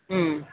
മ്മ്